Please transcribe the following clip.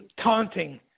taunting